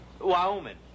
Wyoming